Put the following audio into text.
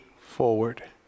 forward